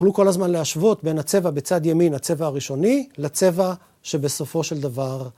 כל הזמן להשוות בין הצבע בצד ימין, הצבע הראשוני, לצבע שבסופו של דבר,